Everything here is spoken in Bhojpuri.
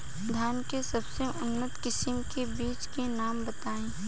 धान के सबसे उन्नत किस्म के बिज के नाम बताई?